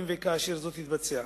אם וכאשר זו תתבצע.